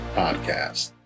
podcast